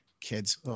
kids